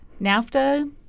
NAFTA